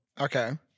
Okay